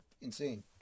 insane